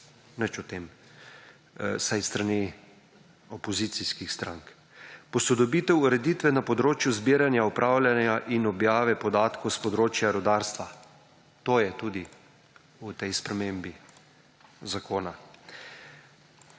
nič o tem vsaj s strani opozicijskih strank. Posodobitev ureditve na področju zbiranja, upravljanja in objave podatkov s področja rudarstva to je tudi v tej spremembi zakona.